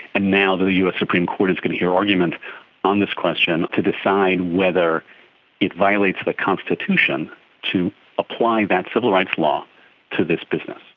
and now the us supreme court is going to hear argument on this question to decide whether it violates the constitution to apply that civil rights law to this business.